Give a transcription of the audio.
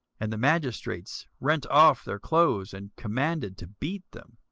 and the magistrates rent off their clothes, and commanded to beat them.